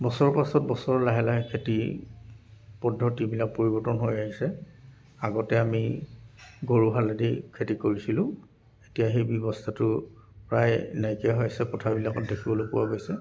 বছৰৰ পাছত বছৰ লাগে লাহে খেতি পদ্ধতিবিলাক পৰিৱৰ্তন হৈ আহিছে আগতে আমি গৰু হালেদি খেতি কৰিছিলোঁ এতিয়া সেই ব্যৱস্থাটো প্ৰায় নাইকিয়া হৈ আহিছে পথাৰবিলাকত দেখিবলৈ পোৱা গৈছে